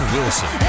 Wilson